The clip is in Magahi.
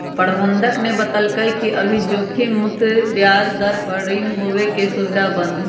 प्रबंधक ने बतल कई कि अभी जोखिम मुक्त ब्याज दर पर ऋण देवे के सुविधा बंद हई